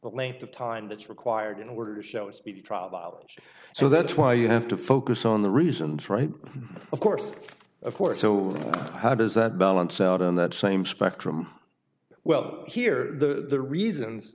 the length of time that's required in order shows problems so that's why you have to focus on the reasons right of course of course so how does that balance out on that same spectrum well here the reasons